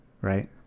right